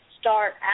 start